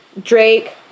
Drake